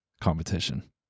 competition